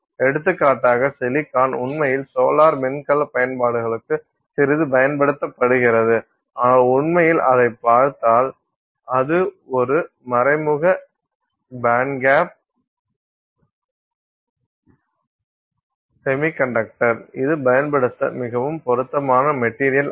எடுத்துக்காட்டாக சிலிக்கான் உண்மையில் சோலார் மின்கல பயன்பாடுகளுக்கு சிறிது பயன்படுத்தப்படுகிறது ஆனால் உண்மையில் அதைப் பார்த்தால் அது ஒரு மறைமுக பேண்ட்கேப் செமிகண்டக்டர் இது பயன்படுத்த மிகவும் பொருத்தமான மெட்டீரியல் அல்ல